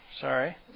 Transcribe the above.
Sorry